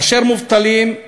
שהם מובטלים,